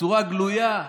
בצורה גלויה,